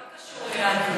הכול קשור ליהדות.